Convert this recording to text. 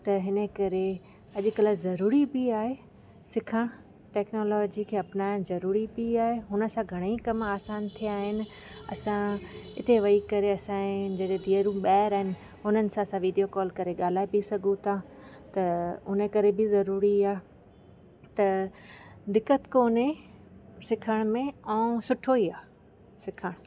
त हिन करे अॼुकल्ह ज़रूरी बि आहे सिखणु टैक्नोलॉजी खे अपनाइणु ज़रूरी बि आहे हुन सां घणे ई कम आसान थिया आहिनि असां हिते वेही करे असांजे जेड़ी धीअरूं ॿाहिरि आहिनि उन्हनि सां असां वीडियो कॉल करे ॻाल्हाए बि सघूं था त उन करे बि ज़रूरी आहे त दिक़त कोन्हे सिखण में ऐं सुठो ई आहे सिखणु